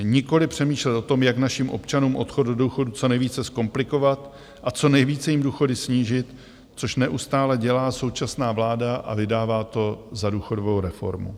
Nikoliv přemýšlet o tom, jak našim občanům odchod do důchodu co nejvíce zkomplikovat a co nejvíce jim důchody snížit, což neustále dělá současná vláda a vydává to za důchodovou reformu.